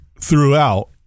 throughout